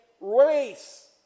race